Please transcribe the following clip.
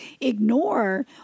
ignore